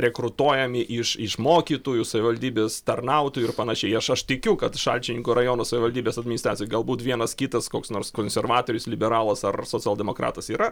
rekrutuojami iš iš mokytojų savivaldybės tarnautojų ir panašiai aš aš tikiu kad šalčininkų rajono savivaldybės administracijoj galbūt vienas kitas koks nors konservatorius liberalas ar socialdemokratas yra